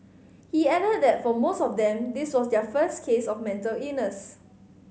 he added that for most of them this was their first case of mental illness